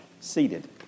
seated